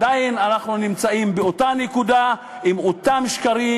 אנחנו עדיין נמצאים באותה נקודה עם אותם שקרים,